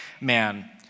man